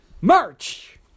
Merch